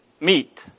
meet